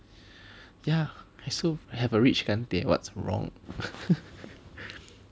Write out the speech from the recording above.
yeah I so I have a rich 干爹 what's wrong